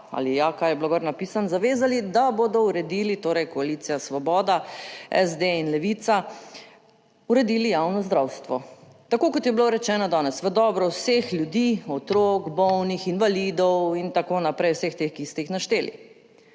ali ja, kaj je bilo gor napisano, zavezali da bodo uredili, torej koalicija Svoboda, SD in Levica, uredili javno zdravstvo. Tako kot je bilo rečeno danes, v dobro vseh ljudi, otrok, bolnih, invalidov in tako naprej, vseh teh, ki ste jih našteli.